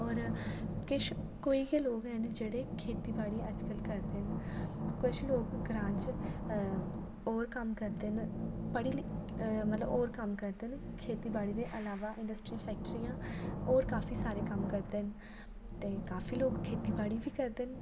होर किश कोई गै लोग हैन जेह्ड़े खेतीबाड़ी अज्जकल करदे न कुछ लोग ग्रांऽ च होर कम्म करदे न पढ़ी लिखी मतलब होर कम्म करदे न खेतीबाड़ी दे अलावा इंडस्ट्री फैक्ट्रियां होर काफी सारे कम्म करदे न ते काफी लोग खेतीबाड़ी बी करदे न